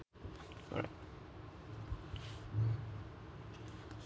alright mm